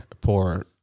poor